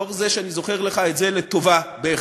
לאור זה שאני זוכר לך את זה לטובה בהחלט,